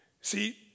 See